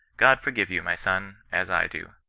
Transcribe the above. god forgive you, my son, as i do.